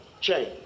change